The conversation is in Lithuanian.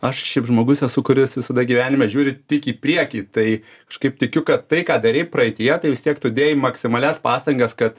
aš šiaip žmogus esu kuris visada gyvenime žiūri tik į priekį tai kažkaip tikiu kad tai ką darei praeityje tai vis tiek tu dėjai maksimalias pastangas kad